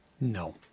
No